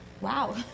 Wow